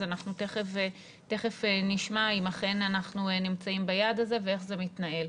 אז אנחנו תיכף נשמע אם אכן אנחנו נמצאים ביעד הזה ואיך זה מתנהל.